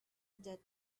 that